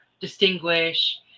distinguish